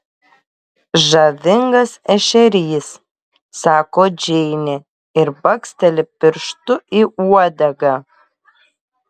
žavingas ešerys sako džeinė ir baksteli pirštu į uodegą